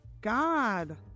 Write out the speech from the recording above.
God